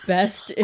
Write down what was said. Best